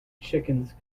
chickens